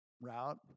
route